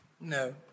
No